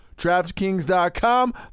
DraftKings.com